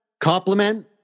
compliment